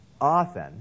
often